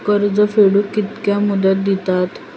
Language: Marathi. कर्ज फेडूक कित्की मुदत दितात?